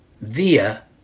via